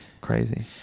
crazy